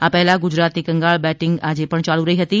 આ પહેલા ગુજરાતની કંગાળ બેટિંગ આજે પણ યાલુ રહી હતી